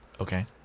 Okay